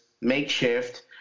makeshift